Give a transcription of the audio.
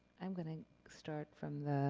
i'm gonna start from